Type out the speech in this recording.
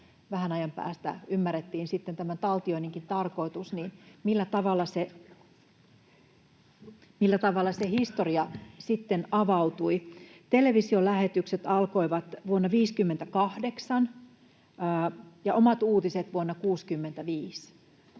vähän ajan päästä ymmärrettiin sitten taltioinninkin tarkoitus — tietää, millä tavalla se historia sitten avautuu. Televisiolähetykset alkoivat vuonna 58 ja omat uutiset vuonna 65.